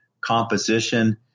composition